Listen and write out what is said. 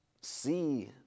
see